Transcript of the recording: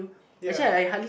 ya